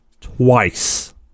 twice